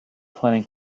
planning